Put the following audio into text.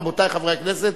רבותי חברי הכנסת,